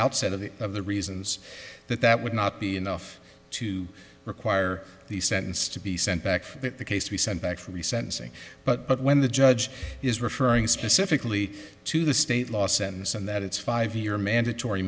outset of the of the reasons that that would not be enough to require the sentence to be sent back that the case to be sent back from the sentencing but when the judge is referring specifically to the state last sentence and that it's five year mandatory